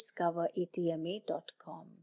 discoveratma.com